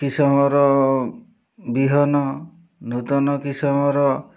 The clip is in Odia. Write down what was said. କିଶମର ବିହନ ନୂତନ କିସମର